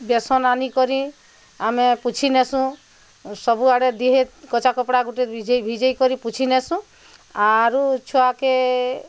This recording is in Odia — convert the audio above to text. ବେସନ୍ ଆନିକରି ଆମେ ପୁଛିନେସୁଁ ସବୁ ଆଡ଼େ ଦିହେ କଚ୍ଚା କପଡ଼ା ଗୁଟେ ଭିଜେଇ ଭିଜେଇକରି ପୁଛିନେସୁଁ ଆର୍ ଛୁଆକେ